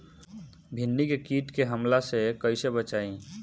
भींडी के कीट के हमला से कइसे बचाई?